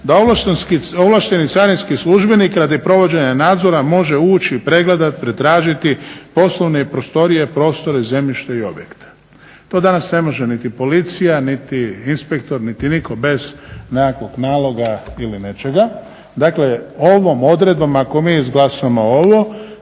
da ovlašteni carinski službenik radi provođenja nadzora može ući i pregledati, pretražiti poslovne prostorije, prostore, zemljište i objekte. To danas ne može niti policija, niti inspektor, niti nitko bez nekakvog naloga ili nečega. Dakle, ovom odredbom ako mi izglasamo ovo